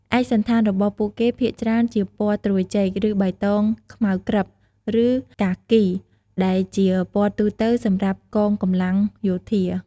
ឯកសណ្ឋានរបស់ពួកគេភាគច្រើនជាពណ៌ត្រួយចេក ឬបៃតងខ្មៅក្រឹប ឬកាគី ដែលជាពណ៌ទូទៅសម្រាប់កងកម្លាំងយោធា។